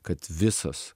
kad visos